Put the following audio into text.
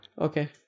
Okay